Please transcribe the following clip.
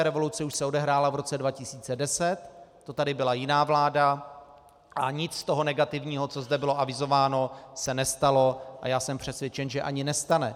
Revoluce už se odehrála v roce 2010, to tady byla jiná vláda, a nic z toho negativního, co zde bylo avizováno, se nestalo a já jsem přesvědčen, že ani nestane.